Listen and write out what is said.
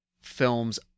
films